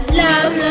love